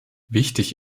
wichtig